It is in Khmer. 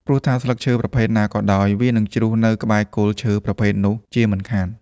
ព្រោះថាស្លឹកឈើប្រភេទណាក៏ដោយ វានិងជ្រុះនៅក្បែរគល់ឈើប្រភេទនោះជាមិនខាន។